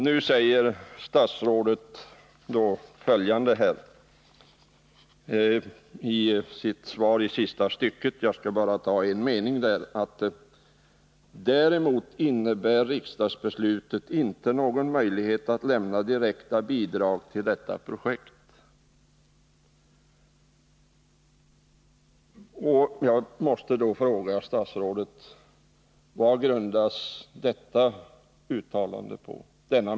Nu säger statsrådet i sitt svar: ”Däremot innebär riksdagsbeslutet inte någon möjlighet att lämna direkta bidrag till detta projekt.” Jag måste fråga statsrådet: Vad grundas detta uttalande på?